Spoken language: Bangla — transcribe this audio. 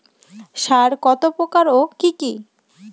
সার কত প্রকার ও কি কি?